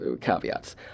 caveats